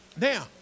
now